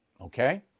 Okay